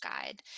Guide